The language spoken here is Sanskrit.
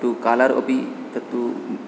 तत्तु कलर् अपि तत्तु